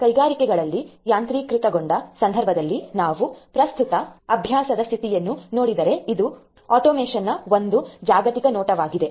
ಕೈಗಾರಿಕೆಗಳಲ್ಲಿ ಯಾಂತ್ರೀಕೃತಗೊಂಡ ಸಂದರ್ಭದಲ್ಲಿ ನಾವು ಪ್ರಸ್ತುತ ಅಭ್ಯಾಸದ ಸ್ಥಿತಿಯನ್ನು ನೋಡಿದರೆ ಇದು ಆಟೋಮೇಷನ್ನ ಒಂದು ಜಾಗತಿಕ ನೋಟವಾಗಿದೆ